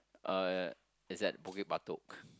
uh it's at Bukit-Batok